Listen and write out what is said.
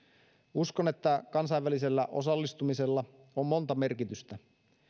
uskon että kansainvälisellä osallistumisella on monta merkitystä